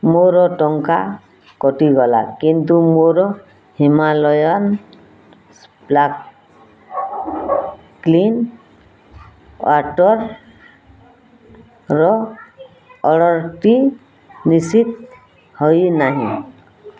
ମୋର ଟଙ୍କା କଟିଗଲା କିନ୍ତୁ ମୋର ହିମାଲୟାନ୍ ସ୍ପାର୍କ୍ଲିଂ ୱାଟର୍ର ଅର୍ଡ଼ର୍ଟି ନିଶ୍ଚିତ ହେଇନାହିଁ